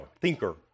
thinker